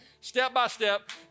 step-by-step